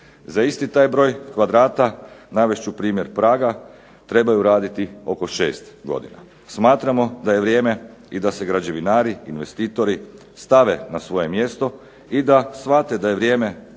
Za isti taj broj kvadrata navest ću primjer praga, trebaju raditi oko šest godina. Smatramo da je vrijeme i da se građevinari, investitori stave na svoje mjesto i da shvate da je vrijeme